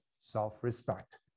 self-respect